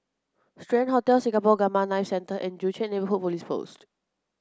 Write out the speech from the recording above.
Strand Hotel Singapore Gamma Knife Centre and Joo Chiat Neighbourhood Police Post